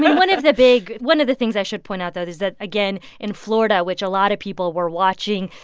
yeah one of the big one of the things i should point out though is that, again, in florida, which a lot of people were watching,